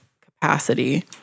capacity